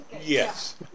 Yes